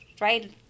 right